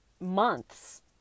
months